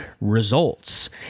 results